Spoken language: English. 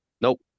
Nope